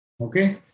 Okay